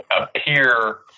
appear